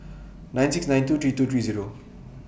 nine six nine two three two three Zero